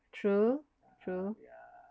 true true